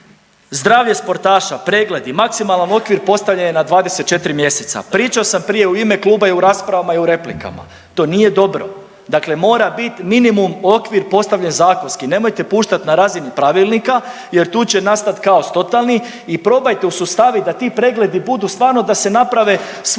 Zdravlje sportaša, pregledi, maksimalan okvir postavljen je na 24 mjeseca, pričao sam prije u ime kluba i u raspravama i u replikama to nije dobro. Dakle, mora bit minimum okvir postavljen zakonski nemojte puštat na razini pravilnika jer tu će nastat kaos totalni i probajte ustaviti da ti pregledi budu stvarno da se naprave svugdje